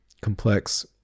complex